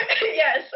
Yes